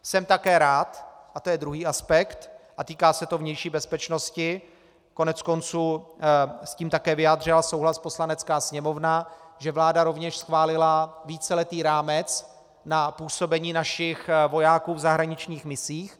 Jsem také rád, a to je druhý aspekt a týká se to vnější bezpečnosti, koneckonců s tím také vyjádřila souhlas Poslanecká sněmovna, že vláda rovněž schválila víceletý rámec na působení našich vojáků v zahraničních misích.